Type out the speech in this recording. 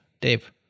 Dave